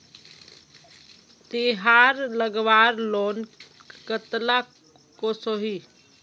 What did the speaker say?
तेहार लगवार लोन कतला कसोही?